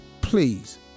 Please